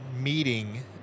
meeting